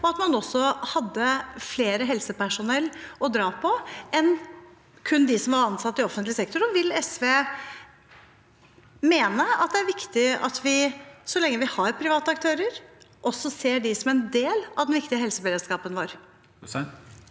og at man hadde flere helsepersonell å dra på enn kun dem som var ansatt i offentlig sektor? Vil SV mene at det er viktig at vi så lenge vi har private aktører, også ser dem som en del av den viktige helseberedskapen vår?